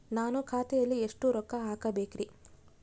ನಾನು ಖಾತೆಯಲ್ಲಿ ಎಷ್ಟು ರೊಕ್ಕ ಹಾಕಬೇಕ್ರಿ?